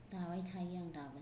दाबाय थायो आं दाबो